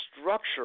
structure